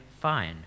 fine